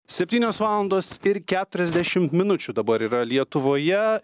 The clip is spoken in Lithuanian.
septynios valandos ir keturiasdešimt minučių dabar yra lietuvoje ir